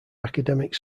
academic